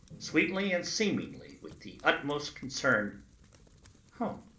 sweetly and seemingly with the utmost unconcern oh,